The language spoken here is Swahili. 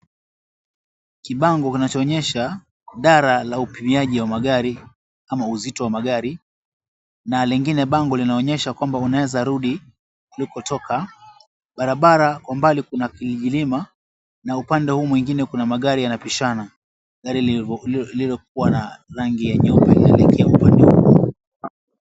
Kibango kinachoonyesha dara la upimiaji wa magari ama uzito wa magari na lingine bango linaonyesha kwamba unaeza rudi ulikotoka. Barabara kwa umbali kuna kilijilima na upande huu mwingine kuna magari yanabishana. Gari lililokua na rangi ya nyeupe linaelekea upande mwingine.